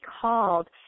called